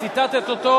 ציטטת אותו,